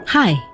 Hi